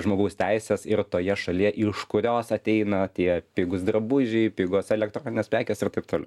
žmogaus teises ir toje šalyje iš kurios ateina tie pigūs drabužiai pigūs elektroninės prekės ir taip toliau